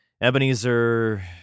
Ebenezer